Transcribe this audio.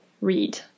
read